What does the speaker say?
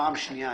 פעם שנייה,